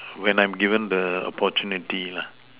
when I'm given the opportunity lah